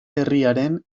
herriaren